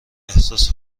احساس